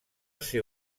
ser